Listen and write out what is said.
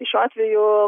šiuo atveju